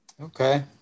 Okay